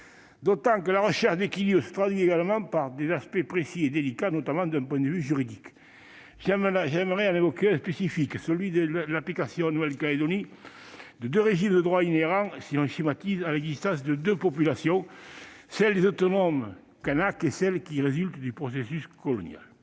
D'autant que la recherche d'équilibre se traduit également par des aspects précis et délicats, notamment d'un point de vue juridique. Je souhaite évoquer en particulier l'équilibre de l'application, en Nouvelle-Calédonie, de deux régimes de droit inhérents, si l'on schématise, à l'existence de deux populations : celle des autochtones kanaks et celle qui résulte du processus colonial.